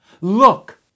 Look